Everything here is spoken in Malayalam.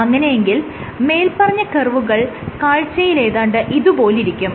അങ്ങനെയെങ്കിൽ മേല്പറഞ്ഞ കർവുകൾ കാഴ്ചയിൽ ഏതാണ്ട് ഇതുപോലിരിക്കും